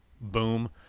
boom